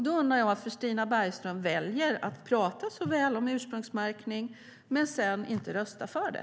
Då undrar jag varför Stina Bergström väljer att tala så väl om ursprungsmärkning men sedan inte röstar för det.